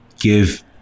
give